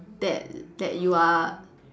that that you are